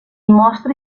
mostri